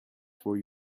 for